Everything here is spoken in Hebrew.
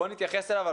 בוא נתייחס אליו,